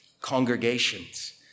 Congregations